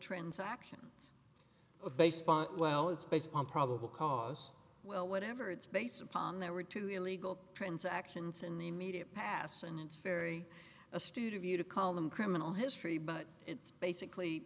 baseband well it's based on probable cause well whatever it's based upon there were two illegal transactions in the immediate past and it's very astute of you to call them criminal history but it's basically